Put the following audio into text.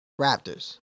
Raptors